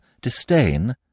disdain